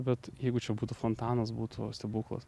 bet jeigu čia būtų fontanas būtų stebuklas